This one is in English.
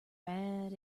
bad